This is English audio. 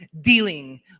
dealing